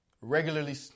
Regularly